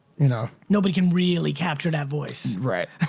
you know nobody can really capture that voice. right.